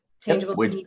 tangible